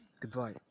goodbye